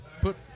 put